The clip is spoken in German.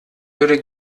würde